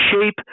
shape